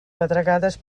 pedregades